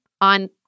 on